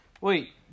Wait